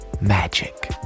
magic